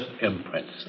imprints